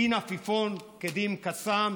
דין עפיפון כדין קסאם.